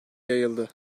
yayıldı